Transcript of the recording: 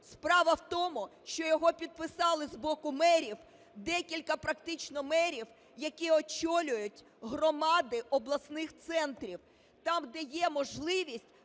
Справа в тому, що його підписали з боку мерів, декілька практично мерів, які очолюють громади обласних центрів там, де є можливість